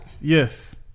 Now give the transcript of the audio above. Yes